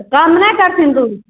तऽ कम नहि करथिन दूध